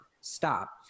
stop